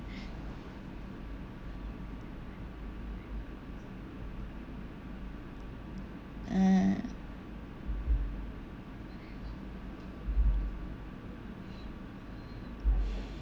mm